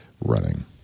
running